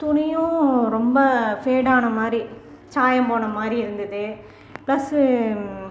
துணியும் ரொம்ப ஃபேடான மாதிரி சாயம் போன மாதிரி இருந்தது ப்ளஸ்ஸு